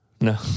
No